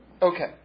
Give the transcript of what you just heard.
Okay